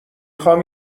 خوام